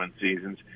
seasons